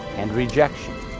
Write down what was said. and rejection.